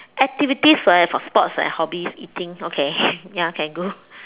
activities leh for sports and hobbies eating okay ya can do